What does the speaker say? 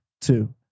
two